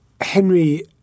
Henry